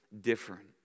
different